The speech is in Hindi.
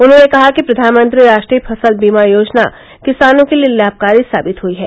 उन्होंने कहा कि प्रधानमंत्री राष्ट्रीय फसल बीमा योजना किसानों के लिये लाभकारी साबित हुयी है